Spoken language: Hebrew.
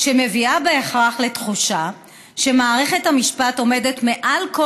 שמביאה בהכרח לתחושה שמערכת המשפט עומדת מעל כל